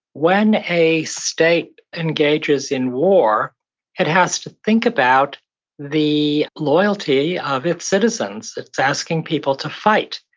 when a state engages in war, it has to think about the loyalty of its citizens. it's asking people to fight.